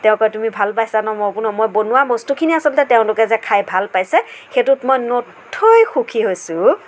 তেওঁ কয় তুমি ভাল পাইছা ন মই মই বনোৱা বস্তুখিনি আচলতে তেওঁলোকে যে খায় ভাল পাইছে সেইটোত মই নথৈ সুখী হৈছোঁ